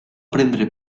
prendre